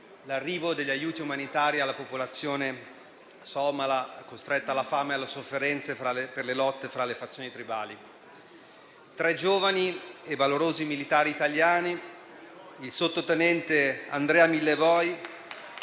l'arrivo degli aiuti umanitari alla popolazione somala, costretta alla fame e alla sofferenza per le lotte fra le fazioni tribali. Tre giovani e valorosi militari italiani, il sottotenente Andrea Millevoi,